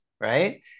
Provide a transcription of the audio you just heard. right